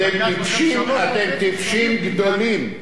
אתם טיפשים גדולים.